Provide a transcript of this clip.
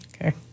Okay